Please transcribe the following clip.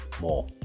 more